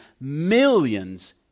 millions